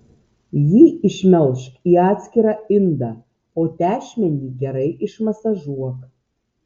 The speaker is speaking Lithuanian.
jį išmelžk į atskirą indą o tešmenį gerai išmasažuok